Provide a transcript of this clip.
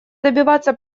добиваться